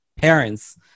parents